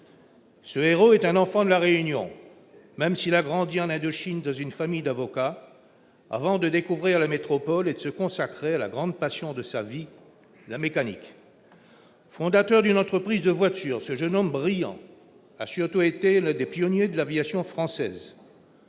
Ce héros est un enfant de La Réunion, même s'il a grandi en Indochine dans une famille d'avocats avant de découvrir la métropole et de se consacrer à la grande passion de sa vie, la mécanique. Fondateur d'une entreprise de voitures, ce jeune homme brillant a surtout été l'un des pionniers de l'aviation française.